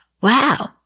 wow